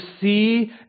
see